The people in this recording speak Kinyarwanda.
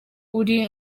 uri